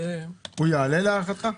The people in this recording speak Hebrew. הוא יעלה להערכתך?